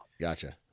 Gotcha